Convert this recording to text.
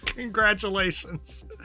Congratulations